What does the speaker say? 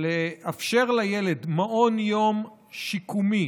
לאפשר לילד מעון יום שיקומי,